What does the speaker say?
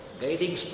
guiding